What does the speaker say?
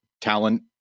talent